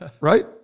Right